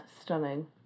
stunning